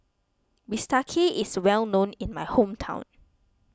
Bistake is well known in my hometown